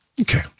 Okay